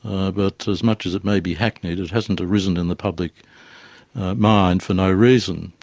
ah but as much as it may be hackneyed, it hasn't arisen in the public mind for no reason,